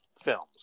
films